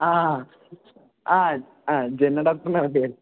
ആ ആ ആ ആ ജന ഡോക്ടറിൻ്റെ വണ്ടിയായിരുന്നു